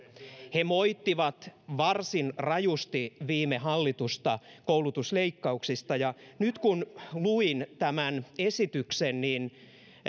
he moittivat varsin rajusti viime hallitusta koulutusleikkauksista ja nyt kun luin tämän esityksen niin